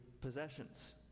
possessions